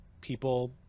people